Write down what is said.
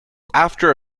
after